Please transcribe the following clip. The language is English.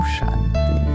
Shanti